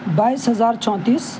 بائیس ہزار چونتیس